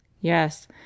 Yes